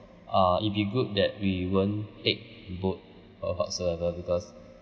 uh it'll be good that we won't take boat or whatsoever because